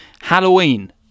Halloween